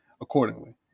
accordingly